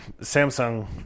Samsung